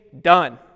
done